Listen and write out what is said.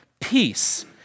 peace